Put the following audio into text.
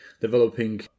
developing